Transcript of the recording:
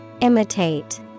Imitate